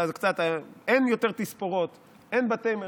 אולי זה קצת, אין יותר תספורות, אין בתי מרחץ.